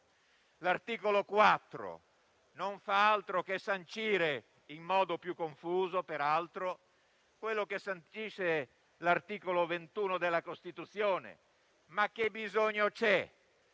l'articolo 4, che non fa altro che sancire - in modo più confuso peraltro - quello che sancisce l'articolo 21 della Costituzione. Che bisogno c'è